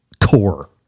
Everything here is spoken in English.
core